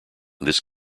this